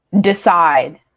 decide